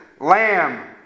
lamb